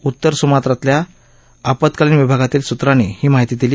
उत्तर सुमात्रातल्या आपत्कालीन विभागातील सूत्रांनी ही माहिती दिली